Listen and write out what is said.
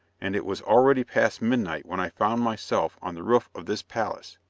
and it was already past midnight when i found myself on the roof of this palace.